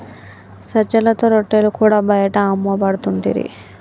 సజ్జలతో రొట్టెలు కూడా బయట అమ్మపడుతుంటిరి